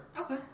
Okay